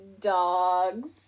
dogs